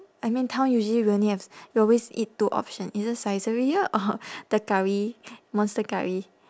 I mean town usually we only have we always eat two options either saizeriya or the curry monster curry